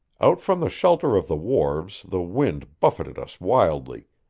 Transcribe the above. out from the shelter of the wharves the wind buffeted us wildly,